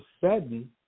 sudden